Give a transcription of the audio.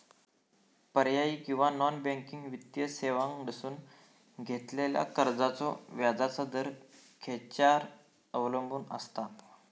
पर्यायी किंवा non banking वित्तीय सेवांकडसून घेतलेल्या कर्जाचो व्याजाचा दर खेच्यार अवलंबून आसता?